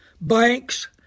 banks